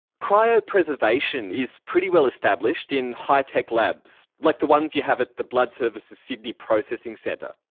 cryopreservation is pretty well established in high-tech labs like the ones you have at the blood services sydney processing centre.